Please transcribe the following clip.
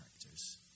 characters